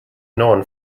known